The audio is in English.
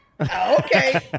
Okay